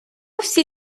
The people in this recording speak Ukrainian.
всі